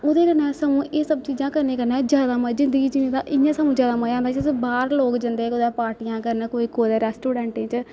ओह्दे कन्नै सगुआं एह् सब चीजां करने कन्नै जैदा मजा जिंदगी जीने दा इ'यां सगुआं जैदा मजा आंदा बाह्र लोक जंदे लोक कुतै पार्टियां करन कोई कुतै रैस्टोडेंटें च